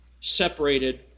separated